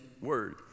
word